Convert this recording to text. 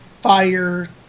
fire